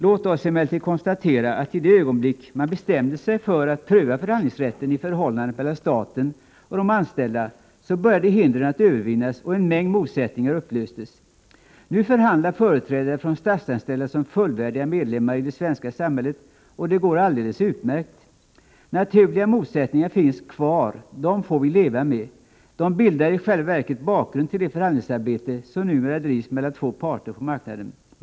Låt oss emellertid konstatera att i det ögonblick man bestämde sig för att pröva förhandlingsrätten i förhållandet mellan staten och dess anställda började hindren att övervinnas och en mängd motsättningar upplösas. Nu förhandlar företrädare för de statsanställda som fullvärdiga medlemmar i det svenska samhället, och det går alldeles utmärkt. Naturliga motsättningar finns kvar. Dem får vi leva med. De bildar i själva verket bakgrunden till det förhandlingsarbete som numera drivs mellan två parter på marknaden.